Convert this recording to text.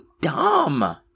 dumb